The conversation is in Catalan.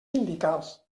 sindicals